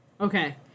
Okay